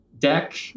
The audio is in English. deck